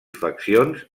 faccions